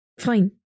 Fine